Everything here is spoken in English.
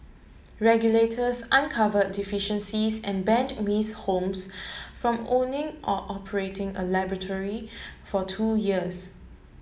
regulators uncovered deficiencies and banned Miss Holmes from owning or operating a laboratory for two years